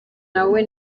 nawe